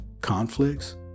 conflicts